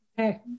Okay